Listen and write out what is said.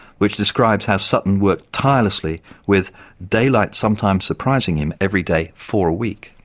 which describes how sutton worked tirelessly with daylight sometimes surprising him every day for week.